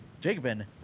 Jacobin